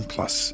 Plus